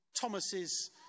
Thomas's